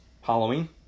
Halloween